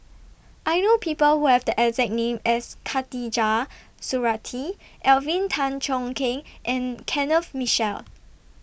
I know People Who Have The exact name as Khatijah Surattee Alvin Tan Cheong Kheng and Kenneth Mitchell